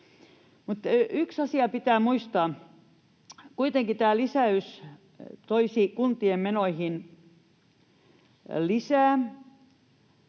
yksi asia pitää muistaa. Kuitenkin tämä lisäys toisi kuntien menoihin lisää